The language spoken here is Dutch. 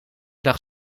dag